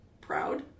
proud